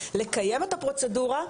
לקיים את הפרוצדורה,